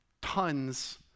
tons